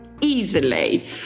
Easily